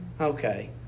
Okay